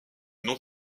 non